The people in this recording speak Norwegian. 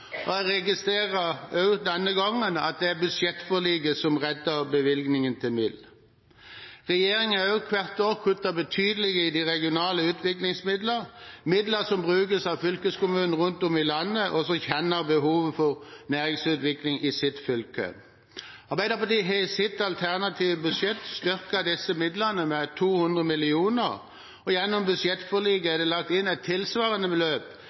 senteret. Jeg registrerer også denne gangen at det er budsjettforliket som redder bevilgningen til MIL. Regjeringen har også hvert år kuttet betydelig i de regionale utviklingsmidlene – midler som brukes av fylkeskommunene rundt om i landet, som kjenner behovet for næringsutvikling i sine fylker. Arbeiderpartiet har i sitt alternative budsjett styrket disse midlene med 200 mill. kr. Gjennom budsjettforliket er det lagt inn et tilsvarende beløp,